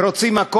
ורוצים את הכול,